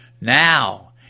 Now